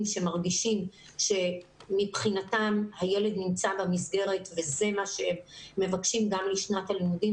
שמרגישים שמבחינתם הילד נמצא במסגרת וזה מה שמבקשים גם לשנת הלימודים,